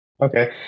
Okay